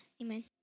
amen